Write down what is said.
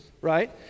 right